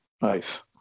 Nice